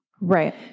Right